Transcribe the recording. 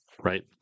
right